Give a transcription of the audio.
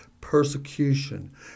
persecution